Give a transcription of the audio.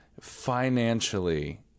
financially